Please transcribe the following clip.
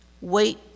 wait